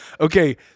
Okay